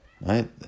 Right